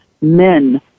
men